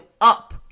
up